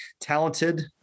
talented